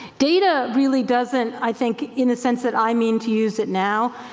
data really doesn't, i think, in a sense that i mean to use it now,